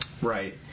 Right